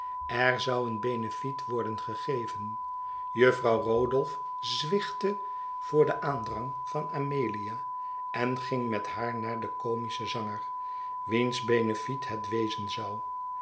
er zou een benefiet worden gegeven jufvrouw rodolph zwichtte voor den aandrang van amelia en ging met haar naar den comischen zanger wiens benefiet het wezen zou